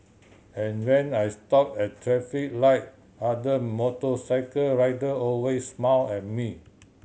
and when I stop at traffic light other motorcycle rider always smile at me